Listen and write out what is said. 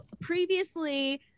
previously